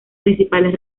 principales